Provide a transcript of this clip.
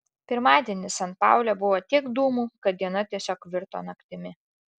pirmadienį san paule buvo tiek dūmų kad diena tiesiog virto naktimi